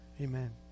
Amen